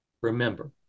Remember